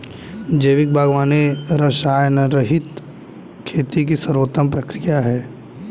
जैविक बागवानी रसायनरहित खेती की सर्वोत्तम प्रक्रिया है